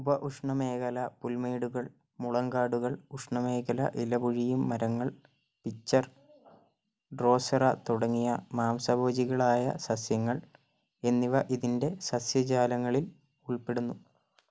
ഉപഉഷ്ണമേഖല പുൽമേടുകൾ മുളങ്കാടുകൾ ഉഷ്ണമേഖല ഇലപൊഴിയും മരങ്ങൾ പിച്ചർ ഡ്രോസെറ തുടങ്ങിയ മാംസഭോജികളായ സസ്യങ്ങൾ എന്നിവ ഇതിൻ്റെ സസ്യജാലങ്ങളിൽ ഉൾപ്പെടുന്നു